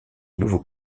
nouveau